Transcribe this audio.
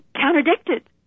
contradicted